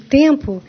tempo